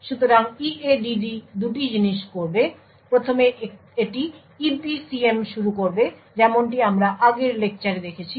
সুতরাং EADD 2টি জিনিস করবে প্রথমে এটি EPCM শুরু করবে যেমনটি আমরা আগের লেকচারে দেখেছি